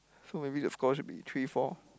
so maybe the score should be three four